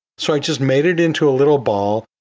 so i just made it into a little ball,